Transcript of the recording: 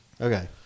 Okay